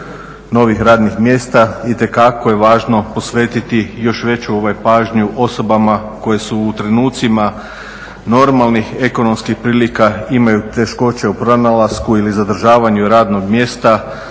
novih radnih mjesta. Itekako je važno posvetiti još veću pažnju osobama koje su u trenucima normalnih ekonomskih prilika imaju teškoće u pronalasku ili zadržavanju radnog mjesta.